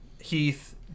Heath